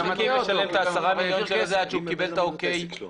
הוא לא ישלם את ה-10 מיליון שקלים עד שהוא מקבל את האישור הסופי.